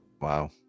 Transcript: wow